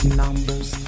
numbers